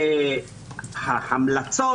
ולכן ההמלצות,